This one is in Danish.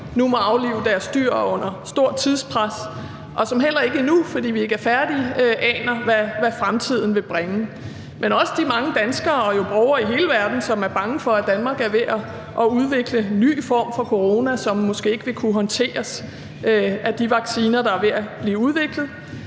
nu må aflive deres dyr under stort tidspres, og som heller ikke endnu, fordi vi ikke er færdige, aner, hvad fremtiden vil bringe, men også de mange danskere og jo borgere i hele verden, som er bange for, at Danmark er ved at udvikle en ny form for corona, som måske ikke vil kunne håndteres af de vacciner, der er ved at blive udviklet,